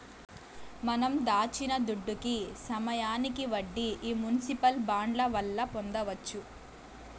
మనం దాచిన దుడ్డుకి సమయానికి వడ్డీ ఈ మునిసిపల్ బాండ్ల వల్ల పొందొచ్చు